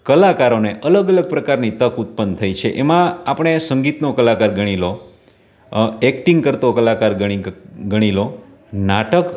કલાકારોને અલગ અલગ પ્રકારની તક ઉત્પન્ન થઈ છે એમાં આપણે સંગીતનો કલાકાર ગણી લો એક્ટિંગ કરતો કલાકાર ગણી ગણી લો નાટક